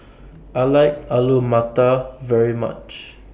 I like Alu Matar very much